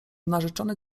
narzeczony